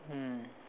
hmm